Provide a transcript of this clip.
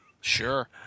Sure